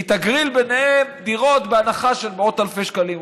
היא תגריל ביניהם דירות בהנחה של מאות אלפי שקלים.